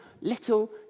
little